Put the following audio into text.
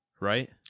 Right